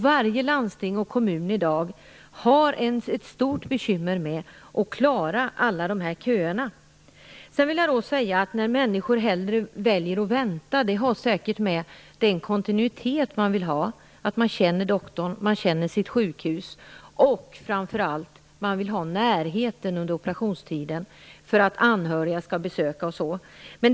Varje landsting och kommun i dag har stora bekymmer med att klara alla dessa köer. Att människor hellre väljer att vänta har säkert med kontinuitet att göra. Man känner doktorn och sitt sjukhus, och man vill framför allt ha närheten under operationstiden för att anhöriga skall kunna besöka.